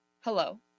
hello